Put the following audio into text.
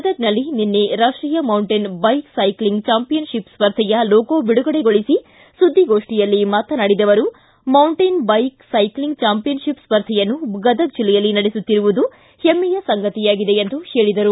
ಗದಗ್ ನಿನ್ನೆ ರಾಷ್ಟೀಯ mountain bike cycling championship ಸ್ಪರ್ಧೆಯ ಲೋಗೊ ಬಿಡುಗಡೆಗೊಳಿಸಿ ಸುದ್ದಿಗೋಷ್ಠಿಯಲ್ಲಿ ಮಾತನಾಡಿದ ಅವರು ಮೌಂಟೇನ್ ಬೈಕ್ ಸೈಕ್ಷಿಂಗ್ ಚಾಂಪಿಯನ್ಶಿಫ್ ಸ್ಪರ್ಧೆಯನ್ನು ಗದಗ ಜಿಲ್ಲೆಯಲ್ಲಿ ನಡೆಸುತ್ತಿರುವುದು ಹೆಮ್ಮೆಯ ಸಂಗತಿಯಾಗಿದೆ ಎಂದು ಹೇಳಿದರು